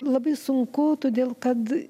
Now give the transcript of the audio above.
labai sunku todėl kad